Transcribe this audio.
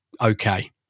okay